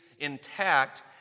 intact